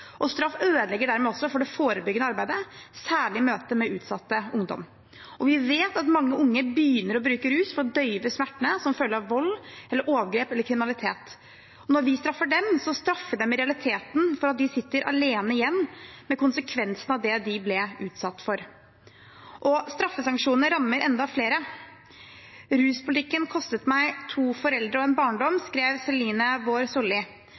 Straff ødelegger dermed også for det forebyggende arbeidet, særlig i møtet med utsatt ungdom, og vi vet at mange unge begynner å bruke rus for å døyve smertene som følger av vold, overgrep eller kriminalitet. Når vi straffer dem, straffer vi dem i realiteten for at de sitter alene igjen med konsekvensene av det de ble utsatt for. Straffesanksjoner rammer enda flere. «Ruspolitikken kostet meg to foreldre og en barndom», skrev Celine Vår